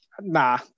Nah